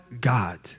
God